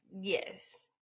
Yes